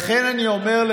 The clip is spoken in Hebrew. מה זה,